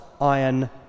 iron